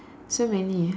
so many